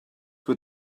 were